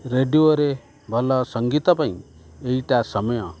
ରେଡ଼ିଓରେ ଭଲ ସଂଗୀତ ପାଇଁ ଏଇଟା ସମୟ